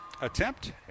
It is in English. attempt